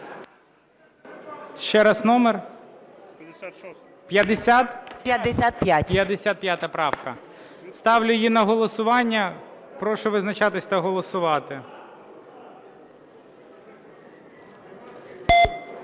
55 правка. Ставлю її на голосування. Прошу визначатись та голосувати.